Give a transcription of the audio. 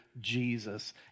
Jesus